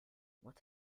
what